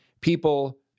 people